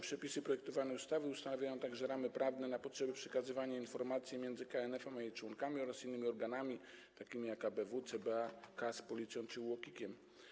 Przepisy projektowanej ustawy ustanawiają także ramy prawne na potrzeby przekazywania informacji między KNF a jej członkami oraz innymi organami, takimi jak ABW, CBA, KAS, Policja czy UOKiK.